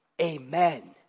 Amen